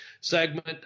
segment